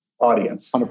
audience